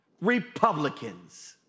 Republicans